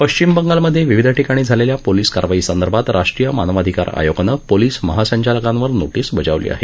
पश्चिम बंगालमधे विविध ठिकाणी झालेल्या पोलीस कारवाई संदर्भात राष्ट्रीय मानवांधिकार आयोगानं पोलीस महासंचालकांवर नोटीस बजावली आहे